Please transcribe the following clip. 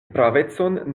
pravecon